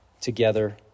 together